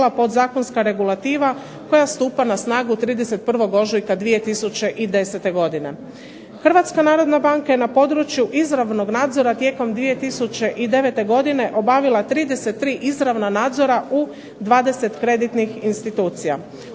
Hrvatska narodna banka je na području izravnog nadzora tijekom 2009. godine obavila 33 izravna nadzora u 20 kreditnih institucija.